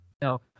No